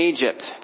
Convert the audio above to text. Egypt